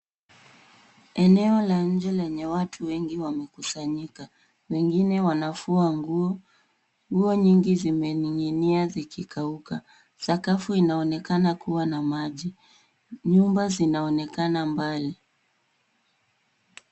Eneo la nje lenye watu wengi wamekusanyika. Wengine wanafua nguo. Nguo nyingi zimening'inia zikikauka. Sakafu inaonekana kuwa na maji. Nyumba zinaonekana mbali.